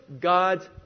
God's